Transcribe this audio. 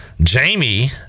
jamie